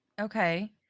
Okay